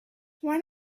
when